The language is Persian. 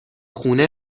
خونه